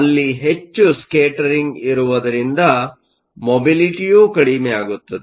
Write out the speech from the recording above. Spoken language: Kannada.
ಅಲ್ಲಿ ಹೆಚ್ಚು ಸ್ಕೇಟರಿಂಗ್ ಇರುವುದರಿಂದ ಮೊಬಿಲಿಟಿಯು ಕಡಿಮೆಯಾಗುತ್ತದೆ